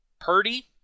Purdy